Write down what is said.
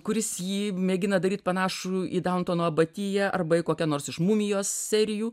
kuris jį mėgina daryt panašų į dauntono abatiją arba į kokią nors iš mumijos serijų